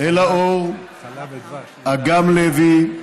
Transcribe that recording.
אלה אור, אגם לוי,